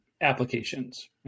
applications